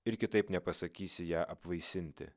ir kitaip nepasakysi ją apvaisinti